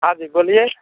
हाँ जी बोलिए